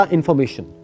Information